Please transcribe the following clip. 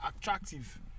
attractive